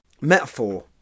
metaphor